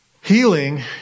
Healing